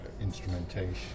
Instrumentation